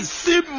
see